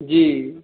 जी